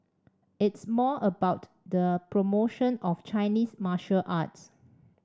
it's more about the promotion of Chinese martial arts